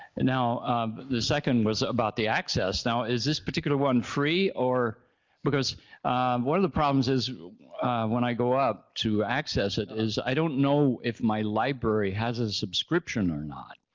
and now the second was about the access now is this particular one free or because one of the problems is when i go up to access it is i don't know if my library has a subscription or not